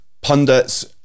pundits